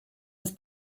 with